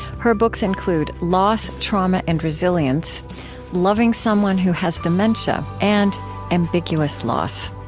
her books include loss, trauma, and resilience loving someone who has dementia and ambiguous loss.